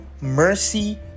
mercy